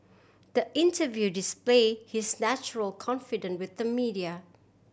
the interview display his natural confidence with the media